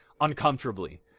uncomfortably